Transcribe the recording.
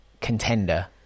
contender